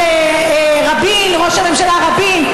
ראש הממשלה רבין,